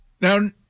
Now